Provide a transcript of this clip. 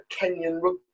Kenyan